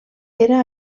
era